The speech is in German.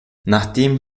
nachdem